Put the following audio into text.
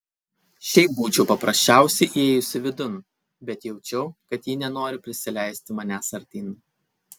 šiaip būčiau paprasčiausiai įėjusi vidun bet jaučiau kad ji nenori prisileisti manęs artyn